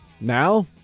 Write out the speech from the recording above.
Now